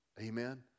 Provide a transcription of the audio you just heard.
Amen